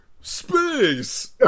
space